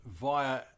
via